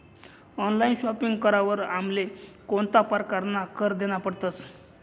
Online shopping करावर आमले कोणता परकारना कर देना पडतस?